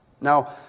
Now